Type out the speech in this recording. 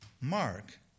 Mark